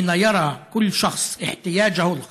כאשר כל אדם רואה את הצורך